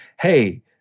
hey